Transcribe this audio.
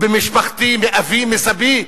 במשפחתי, מאבי, מסבי,